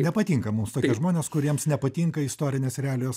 nepatinka mums tokie žmonės kuriems nepatinka istorinės realijos